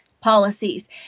policies